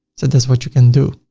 so that's what you can do.